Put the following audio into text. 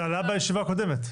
זה עלה בישיבה הקודמת.